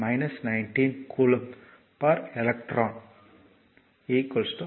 60210 19 coulomb per electron 5524